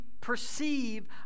perceive